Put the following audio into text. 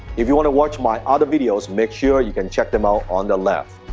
if you wanna watch my other videos, make sure you can check them out on the left.